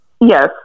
Yes